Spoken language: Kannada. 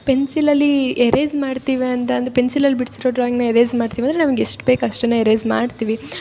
ಪೆನ್ಸಿಲಲ್ಲೀ ಎರೇಸ್ ಮಾಡ್ತಿವಿ ಅಂತ ಅಂದು ಪೆನ್ಸಿಲಲ್ಲಿ ಬಿಡಿಸಿರೋ ಡ್ರಾಯಿಂಗ್ನ ಎರೇಸ್ ಮಾಡ್ತೀವಿ ಅಂದ್ರೆ ನಮ್ಗೆ ಎಷ್ಟು ಬೇಕು ಅಷ್ಟನ್ನು ಎರೇಸ್ ಮಾಡ್ತೀವಿ